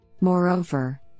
Moreover